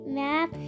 map